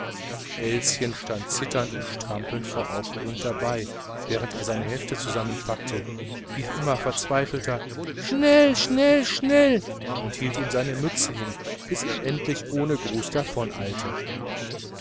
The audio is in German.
elschen stand zitternd und strampelnd vor aufregung dabei während er seine hefte zusammenpackte rief immer verzweifelter schnell schnell schnell und hielt ihm seine mütze hin bis er endlich ohne gruß